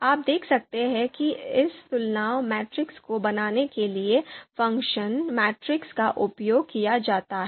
आप देख सकते हैं कि इस तुलना मैट्रिक्स को बनाने के लिए फ़ंक्शन मैट्रिक्स का उपयोग किया जाता है